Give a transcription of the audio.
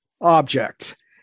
object